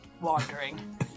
Wandering